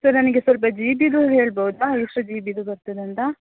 sir ನನಗೆ ಸ್ವಲ್ಪ G B ಹೇಳ್ಬೌದಾ ಎಷ್ಟು ಜಿ ಬಿದು ಬರ್ತದೆ ಅಂತ